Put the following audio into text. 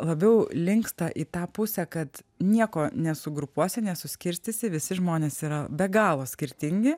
labiau linksta į tą pusę kad nieko nesugrupuosi nesuskirstysi visi žmonės yra be galo skirtingi